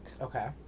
Okay